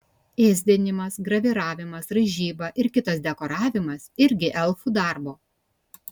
ėsdinimas graviravimas raižyba ir kitas dekoravimas irgi elfų darbo